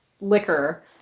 liquor